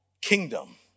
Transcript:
kingdom